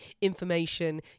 information